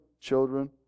children